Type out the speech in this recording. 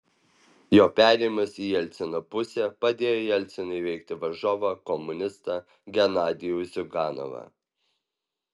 jo perėjimas į jelcino pusę padėjo jelcinui įveikti varžovą komunistą genadijų ziuganovą